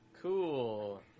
Cool